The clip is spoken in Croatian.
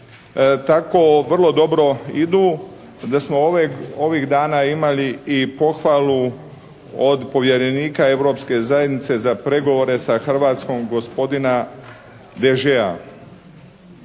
tako vrlo dobro idu. Da smo ovih dana imali i pohvalu od povjerenika Europske zajednice za pregovore sa Hrvatskom, gospodina Degerta.